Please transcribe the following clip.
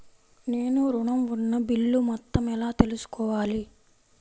నేను ఋణం ఉన్న బిల్లు మొత్తం ఎలా తెలుసుకోవాలి?